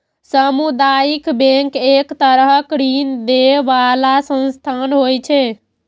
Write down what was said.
सामुदायिक बैंक एक तरहक ऋण दै बला संस्था होइ छै